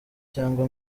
cyangwa